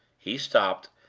he stopped,